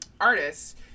artists